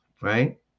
right